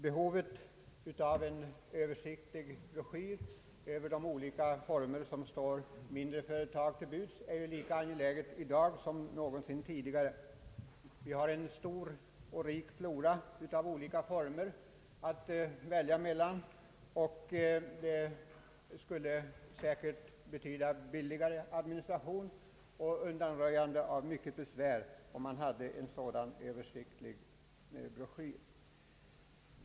Behovet av en översiktlig broschyr rörande de olika former av kredit som står mindre företag till buds är ju lika angeläget i dag som någonsin tidigare. Vi har i detta avseende en stor och rik flora av olika kreditformer att välja på. Det skulle säkert betyda billigare administration och undanröjandet av mycket besvär, om vi hade en sådan översiktlig broschyr.